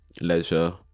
leisure